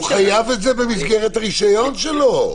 לא, הוא חייב את זה במסגרת הרישיון שלו.